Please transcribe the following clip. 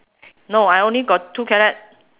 no I only got two carrot